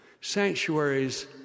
sanctuaries